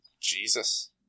Jesus